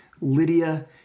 Lydia